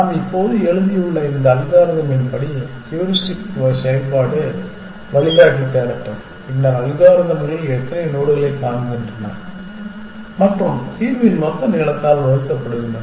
நாம் இப்போது எழுதியுள்ள இந்த அல்காரிதமின்படி ஹூரிஸ்டிக் செயல்பாட்டு வழிகாட்டி தேடட்டும் பின்னர் அல்காரிதம்கள் எத்தனை நோடுகளைக் காண்கின்றன மற்றும் தீர்வின் மொத்த நீளத்தால் வகுக்கப்படுகின்றன